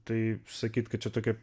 taip sakyt kad čia tokia